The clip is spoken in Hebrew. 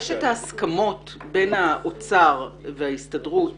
יש את ההסכמות בין האוצר להסתדרות